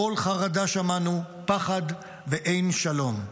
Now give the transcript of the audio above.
'קול חרדה שמענו פחד ואין שלום'.